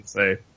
say